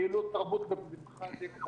לעיתים אומרים: תפנה לרופא המחוזי בלשכת הבריאות.